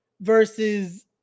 versus